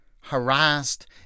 harassed